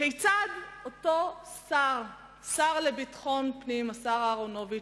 כיצד אותו שר לביטחון פנים, השר אהרונוביץ,